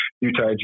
Utah